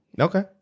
Okay